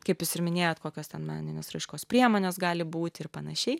kaip jūs ir minėjot kokios ten meninės raiškos priemonės gali būti ir panašiai